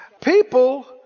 People